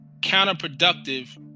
counterproductive